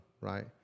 right